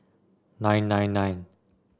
nine nine nine